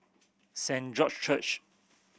Saint George Church